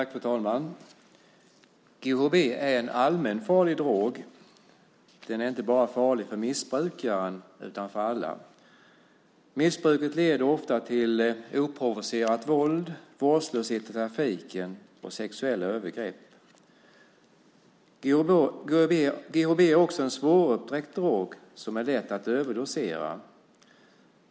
Fru talman! GHB är en allmänfarlig drog. Den är inte bara farlig för missbrukaren utan för alla. Missbruket leder ofta till oprovocerat våld, vårdslöshet i trafik och sexuella övergrepp. GHB är också en svårupptäckt drog som är lätt att överdosera.